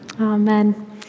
Amen